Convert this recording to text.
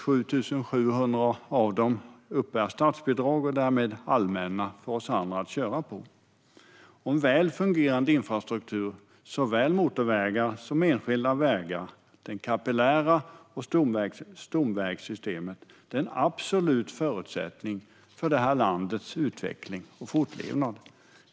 7 700 av dem uppbär statsbidrag och är därmed allmänna för oss alla att köra på. En väl fungerande infrastruktur för såväl motorvägar som enskilda vägar, de kapillära vägarna och stomvägssystemet, är en absolut förutsättning för landets utveckling och fortlevnad.